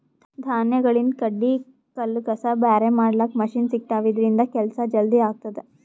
ಧಾನ್ಯಗಳಿಂದ್ ಕಡ್ಡಿ ಕಲ್ಲ್ ಕಸ ಬ್ಯಾರೆ ಮಾಡ್ಲಕ್ಕ್ ಮಷಿನ್ ಸಿಗ್ತವಾ ಇದ್ರಿಂದ್ ಕೆಲ್ಸಾ ಜಲ್ದಿ ಆಗ್ತದಾ